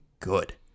good